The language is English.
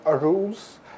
rules